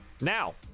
Now